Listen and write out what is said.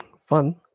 fun